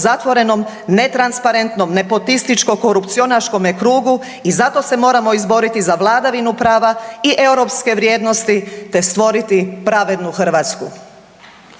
zatvorenom, netransparentnom, nepotističkom, korupcionaškome krugu i zato se moramo izboriti za vladavinu prava i europske vrijednosti te stvoriti pravednu Hrvatsku.